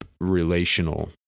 relational